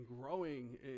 growing